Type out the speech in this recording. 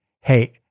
Hey